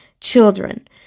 children